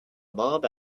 mob